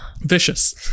vicious